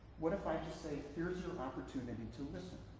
what if i just say here's your opportunity to listen?